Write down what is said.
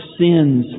sins